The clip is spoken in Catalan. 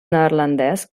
neerlandès